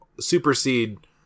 supersede